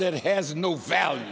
that has no value